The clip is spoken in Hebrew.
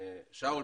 שאול,